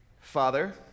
Father